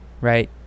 right